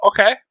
Okay